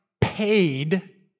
paid